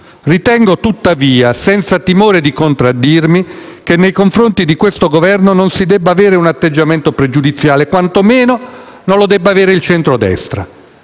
Ritengo tuttavia, senza timore di contraddirmi, che nei confronti di questo Governo non si debba avere un atteggiamento pregiudiziale. Quantomeno che non lo debba avere il centrodestra.